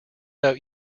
out